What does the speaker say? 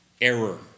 error